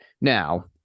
Now